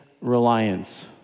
reliance